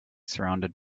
surrounded